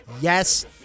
yes